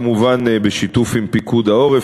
כמובן בשיתוף עם פיקוד העורף,